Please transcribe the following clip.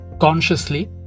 consciously